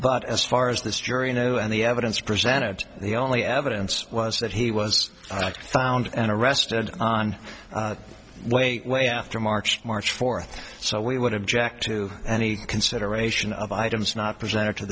but as far as this jury knew and the evidence presented the only evidence was that he was found and arrested on way way after march march fourth so we would object to any consideration of items not present